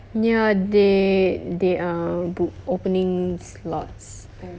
ya they they are boo~ opening slots